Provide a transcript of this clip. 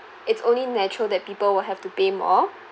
it's only natural that people will have to pay more